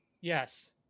yes